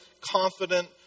confident